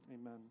Amen